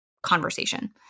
conversation